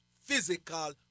physical